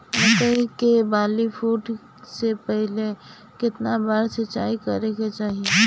मकई के बाली फूटे से पहिले केतना बार सिंचाई करे के चाही?